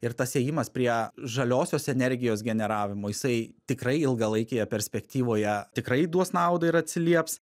ir tas ėjimas prie žaliosios energijos generavimo jisai tikrai ilgalaikėje perspektyvoje tikrai duos naudą ir atsilieps